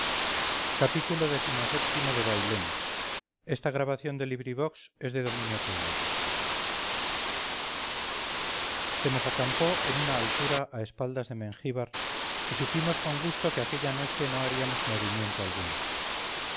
xxiv xxv xxvi xxvii xxviii xxix xxx xxxi xxxii bailén de benito pérez galdós se nos acampó en una altura a espaldas de mengíbar y supimos con gusto que aquella noche no haríamos movimiento alguno